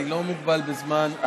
אני לא מוגבל בזמן.